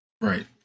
Right